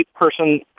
person